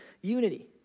unity